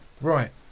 Right